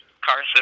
Carson